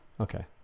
Okay